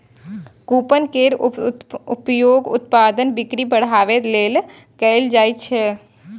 coupon केर उपयोग उत्पादक बिक्री बढ़ाबै लेल कैल जाइ छै